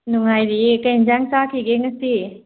ꯅꯨꯡꯉꯥꯏꯔꯤꯌꯦ ꯀꯔꯤ ꯌꯦꯟꯁꯥꯡ ꯆꯥꯈꯤꯒꯦ ꯉꯁꯤ